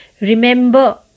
remember